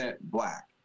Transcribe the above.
black